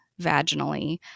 vaginally